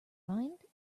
mind